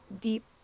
deep